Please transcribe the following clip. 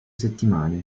settimane